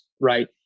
right